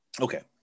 okay